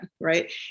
right